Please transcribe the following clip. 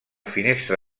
finestra